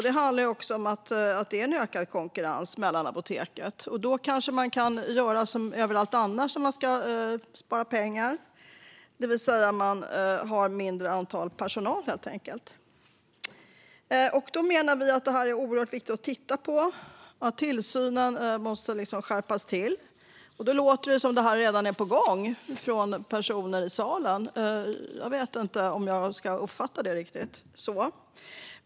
Det handlar också om ökad konkurrens mellan apoteken. Då kan man kanske göra som överallt annars när man ska spara pengar, det vill säga ha mindre antal personal. Vi menar att det är oerhört viktigt att titta på detta. Tillsynen måste skärpas. På personer i den här salen låter det som att det redan är på gång. Jag vet inte riktigt om jag ska uppfatta det så.